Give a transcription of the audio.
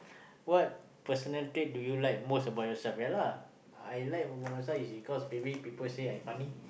what personal trait do you like most about yourself yeah lah I like about myself is because maybe people say I funny